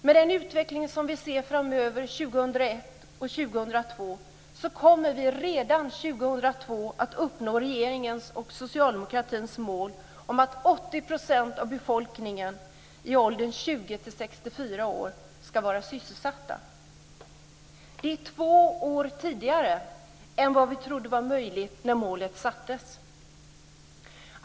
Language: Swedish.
Med den utveckling som vi ser framöver, 2001 och 2002, kommer vi redan 2002 att uppnå regeringens och socialdemokratins mål om att 80 % Det är två år tidigare än vad vi trodde var möjligt när målet sattes.